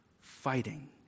fighting